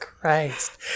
Christ